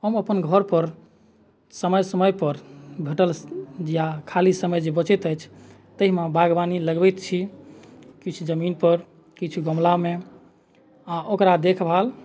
हम अपन घऽरपर समय समयपर भेटल या खाली समय जे बचैत अछि ताहिमे बागवानी लगबैत छी किछु जमीनपर किछु गमलामे आ ओकरा देखभाल